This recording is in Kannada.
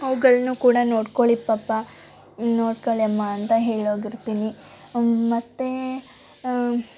ಅವ್ಗಳನ್ನೂ ಕೂಡ ನೋಡ್ಕೊಳ್ಳಿ ಪಪ್ಪ ನೋಡ್ಕೊಳ್ಳಿ ಅಮ್ಮ ಅಂತ ಹೇಳೋಗಿರ್ತೀನಿ ಮತ್ತು